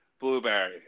blueberry